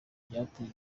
byabateye